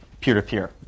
peer-to-peer